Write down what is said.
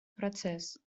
процесс